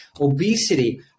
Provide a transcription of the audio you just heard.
obesity